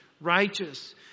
righteous